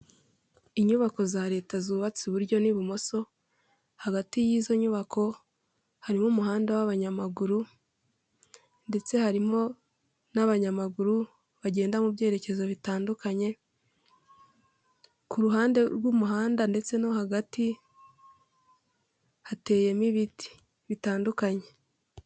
Inyubako za leta zubatse iburyo n'ibumoso hagati y'izo nyubako harimo umuhanda w'abanyamaguru ndetse harimo n'abanyamaguru bagenda mu byerekezo bitandukanye, ku ruhande rw'umuhanda ndetse no hagati hateyemo ibiti bitandukanye.